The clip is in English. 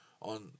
on